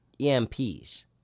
EMPs